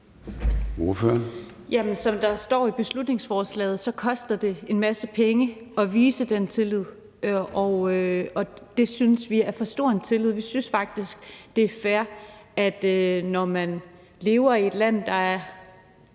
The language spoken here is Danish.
Som der står i beslutningsforslaget, koster det en masse penge at vise den tillid. Det synes vi er for stor en tillid. Vi synes faktisk, det er fair, at når man lever i et land, der